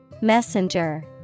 Messenger